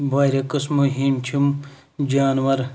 واریاہ قِسمہِ ہِم چھِم جانوَر